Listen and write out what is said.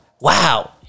wow